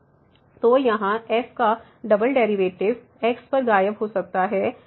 तोयहां f का double derivative x पर गायब हो सकता है और a के बराबर है